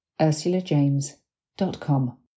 ursulajames.com